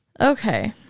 Okay